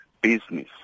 business